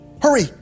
hurry